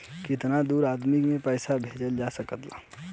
कितना दूर आदमी के पैसा भेजल जा सकला?